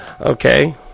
Okay